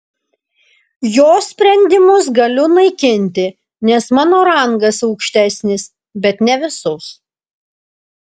jo sprendimus galiu naikinti nes mano rangas aukštesnis bet ne visus